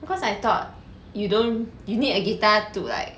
because I thought you don't you need a guitar to like